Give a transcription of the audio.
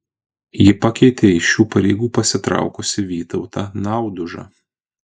ji pakeitė iš šių pareigų pasitraukusi vytautą naudužą